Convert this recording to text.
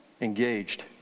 engaged